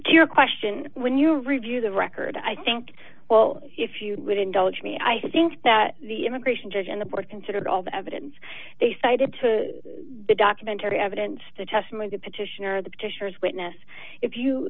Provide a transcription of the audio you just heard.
to your question when you review the record i think well if you would indulge me i think that the immigration judge and the board considered all the evidence they cited to the documentary evidence to test with the petitioner the petitioners witness if